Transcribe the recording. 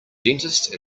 dentist